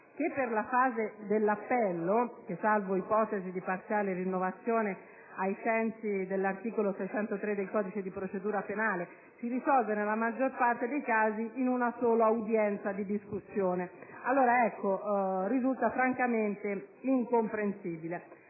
che per la fase dell'appello che, salvo ipotesi di parziale rinnovazione ai sensi dell'articolo 603 del codice di procedura penale, si risolve nella maggior parte dei casi in una sola udienza di discussione. Pertanto con l'emendamento 2.1000/16 la